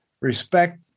respect